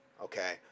Okay